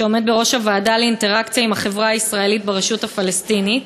שעומד בראש הוועדה לאינטראקציה עם החברה הישראלית ברשות הפלסטינית.